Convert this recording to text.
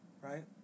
Right